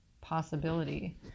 possibility